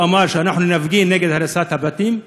על שהוא אמר שאנחנו נפגין נגד הריסת הבתים?